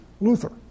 Luther